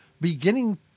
beginning